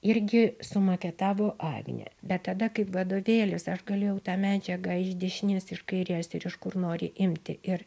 irgi sumaketavo agnė bet tada kaip vadovėlis aš galėjau tą medžiagą iš dešinės iš kairės ir iš kur nori imti ir